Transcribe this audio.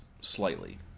slightly